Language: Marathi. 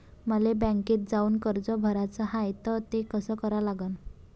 मले बँकेत जाऊन कर्ज भराच हाय त ते कस करा लागन?